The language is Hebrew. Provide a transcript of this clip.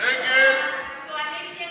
ההסתייגות של